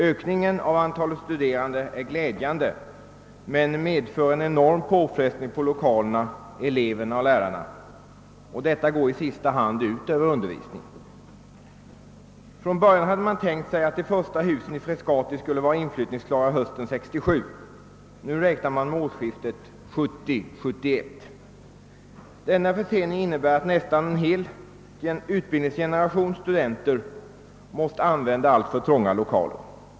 Ökningen av antalet studerande är glädjande, men den medför en enorm påfrestning på lokalerna, eleverna och lärarna, och detta går i sista hand ut över undervisningen. Från början hade man tänkt sig att de första husen i Frescati skulle vara inflyttningsklara hösten 1967. Nu räknar man med årsskiftet 1970/1971. Denna försening innebär att nästan en hel utbildningsgeneration studenter tvingas använda alltför trånga lokaler.